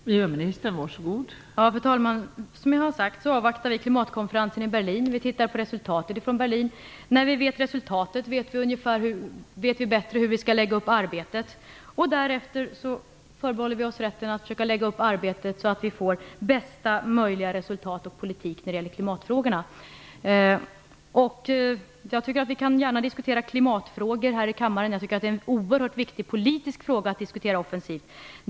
Fru talman! Som jag har sagt avvaktar vi resultatet från klimatkonferensen i Berlin. När vi har sett resultatet vet vi bättre hur vi skall lägga upp arbetet. Därefter förbehåller vi oss rätten att lägga upp arbetet så att vi får bästa möjliga resultat och politik när det gäller klimatfrågorna. Jag tycker att vi gärna kan diskutera klimatfrågorna här i kammaren. Det är en oerhört viktig politisk fråga att diskutera offensivt.